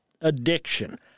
addiction